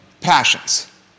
passions